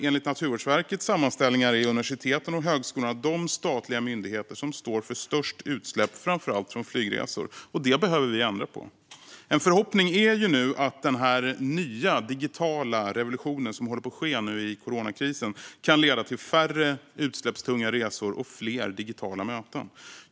Enligt Naturvårdsverkets sammanställningar är nämligen universiteten och högskolorna de statliga myndigheter som står för störst utsläpp, framför allt från flygresor. Det behöver vi ändra på. En förhoppning är att den nya digitala revolution som nu håller på att ske i coronakrisen kan leda till färre utsläppstunga resor och fler digitala möten.